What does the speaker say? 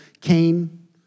Cain